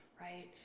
right